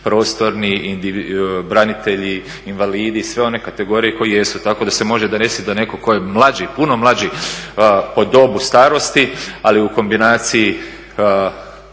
prostorni i branitelji i invalidi i sve one kategorije koje jesu, tako da se može desiti da neko ko je mlađi puno mlađi po dobu starosti ali u kombinaciji